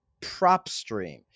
PropStream